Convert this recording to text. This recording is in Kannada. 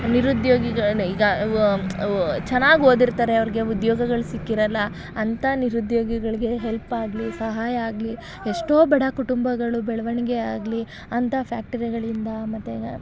ನಿರುದ್ಯೋಗಿಗಳು ಚೆನ್ನಾಗಿ ಓದಿರ್ತಾರೆ ಅವ್ರಿಗೆ ಉದ್ಯೋಗಗಳು ಸಿಕ್ಕಿರೋಲ್ಲ ಅಂತ ನಿರುದ್ಯೋಗಿಗಳಿಗೆ ಹೆಲ್ಪಾಗಲಿ ಸಹಾಯ ಆಗಲಿ ಎಷ್ಟೋ ಬಡ ಕುಟುಂಬಗಳು ಬೆಳವಣಿಗೆಯಾಗ್ಲಿ ಅಂಥ ಫ್ಯಾಕ್ಟರಿಗಳಿಂದ ಮತ್ತು